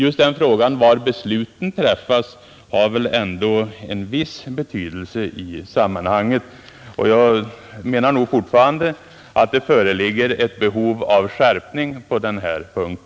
Just frågan var besluten fattas har väl ändå en viss betydelse i sammanhanget, och jag menar fortfarande att det föreligger ett behov av skärpning på denna punkt.